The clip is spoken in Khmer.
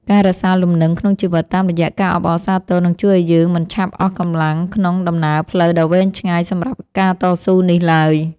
ការរក្សាលំនឹងក្នុងជីវិតតាមរយៈការអបអរសាទរនឹងជួយឱ្យយើងមិនឆាប់អស់កម្លាំងក្នុងដំណើរផ្លូវដ៏វែងឆ្ងាយសម្រាប់ការតស៊ូនេះឡើយ។